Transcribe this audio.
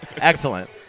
Excellent